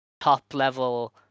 top-level